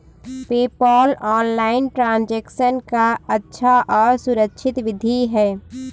PayPal online transaction का अच्छा और सुरक्षित विधि है